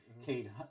Kate